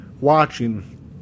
watching